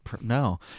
no